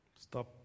Stop